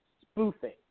spoofing